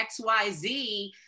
XYZ